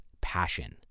passion